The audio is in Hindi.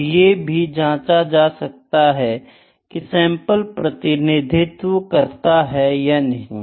और ये भी जाँचा जा सकता है की सैंपल प्रतिनिधित्व करता है या नहीं